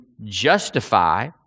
justify